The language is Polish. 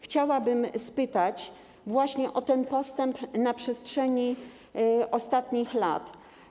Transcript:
Chciałabym spytać o ten postęp na przestrzeni ostatnich lat.